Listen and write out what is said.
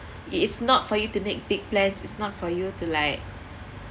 it is not for you to make big plans it's not for you to like